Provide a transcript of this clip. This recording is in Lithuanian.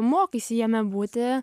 mokaisi jame būti